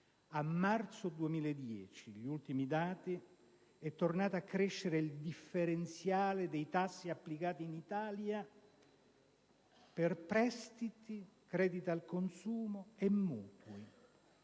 - mi riferisco agli ultimi dati - è tornato a crescere il differenziale dei tassi applicati in Italia per prestiti, crediti al consumo e mutui.